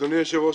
אדוני היושב-ראש,